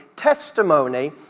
Testimony